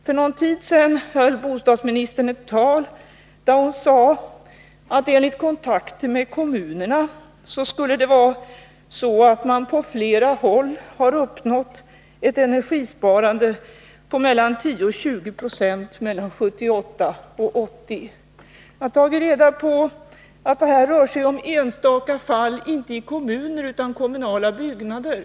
För någon tid sedan höll bostadsministern ett tal där hon sade att det vid kontakter med kommunerna hade framgått att de på flera håll har uppnått ett energisparande på 10-20 26 mellan 1978 och 1980. Jag har tagit reda på att det här rör sig om enstaka fall inte bland kommunerna utan i kommunala byggnader.